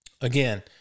again